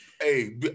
Hey